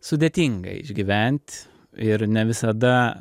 sudėtinga išgyvent ir ne visada